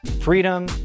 freedom